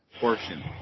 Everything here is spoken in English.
portion